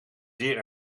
zeer